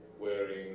wearing